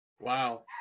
Wow